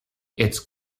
its